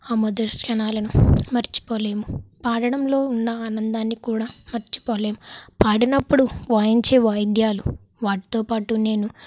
ఆ మధుర క్షణాలను మర్చిపోలేము పాడడంలో ఉన్న ఆనందాన్ని కూడా మర్చిపోలేం పాడినప్పుడు వాయించే వాయిద్యాలు వాటితోపాటు నేను